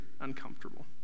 uncomfortable